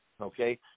Okay